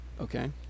Okay